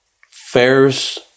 fairs